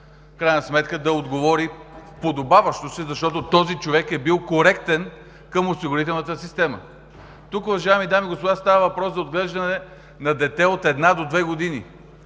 държавата да отговори подобаващо, защото този човек е бил коректен към осигурителната система. Тук, уважаеми дами и господа, става въпрос за отглеждане на дете от една до две години.